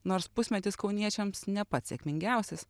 nors pusmetis kauniečiams ne pats sėkmingiausias